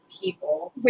people